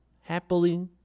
happily